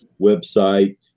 website